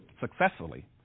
successfully